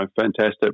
fantastic